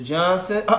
Johnson